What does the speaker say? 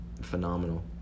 phenomenal